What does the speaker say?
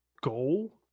goal